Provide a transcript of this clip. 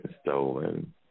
stolen